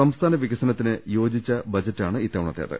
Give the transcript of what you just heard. സംസ്ഥാന വികസനത്തിന് യോജിച്ച ബജറ്റാണ് ഇത്തവണത്തേത്